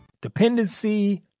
Dependency